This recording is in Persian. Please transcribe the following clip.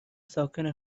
ساکن